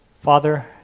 Father